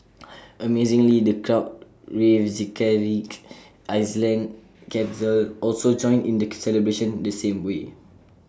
amazingly the crowd in Reykjavik Iceland's capital also joined in the celebration the same way